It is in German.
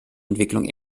entwicklung